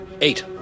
Eight